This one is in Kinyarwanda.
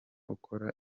ukora